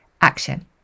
action